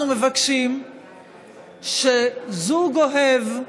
אנחנו מבקשים שזוג אוהב,